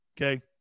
Okay